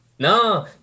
No